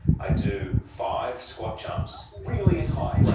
i do five squat jumps really as high like